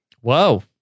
whoa